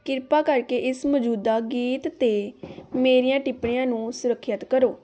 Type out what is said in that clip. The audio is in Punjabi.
ਕਿਰਪਾ ਕਰਕੇ ਇਸ ਮੌਜੂਦਾ ਗੀਤ 'ਤੇ ਮੇਰੀਆਂ ਟਿੱਪਣੀਆਂ ਨੂੰ ਸੁਰੱਖਿਅਤ ਕਰੋ